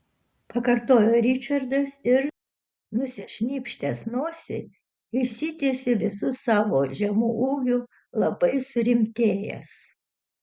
pakartojo ričardas ir nusišnypštęs nosį išsitiesė visu savo žemu ūgiu labai surimtėjęs